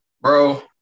Bro